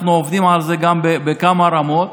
אנחנו עובדים על זה גם בכמה רמות.